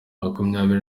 makumyabiri